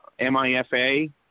MIFA